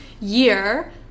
year